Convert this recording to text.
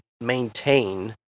maintain